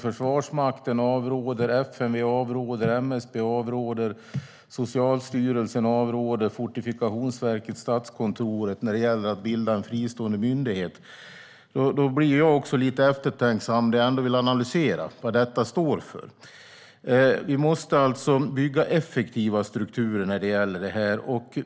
Försvarsmakten, FMV, MSB, Socialstyrelsen, Fortifikationsverket och Statskontoret avråder oss från att bilda en fristående myndighet. Då vill jag analysera vad detta står för. Vi måste bygga effektiva strukturer.